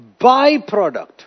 byproduct